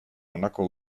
honako